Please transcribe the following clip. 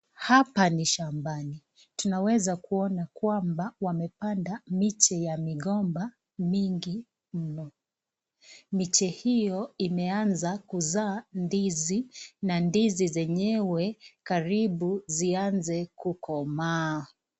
Hapa ni shambani, tunaweza kuona kwamba wamepanda miche ya migomba mingi mno, miche hiyo imeanza kuzaa ndizi na ndizi zenyewe karibu zianze kukomaa.